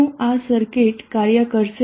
શું આ સર્કિટ કાર્ય કરશે